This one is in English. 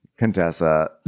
Contessa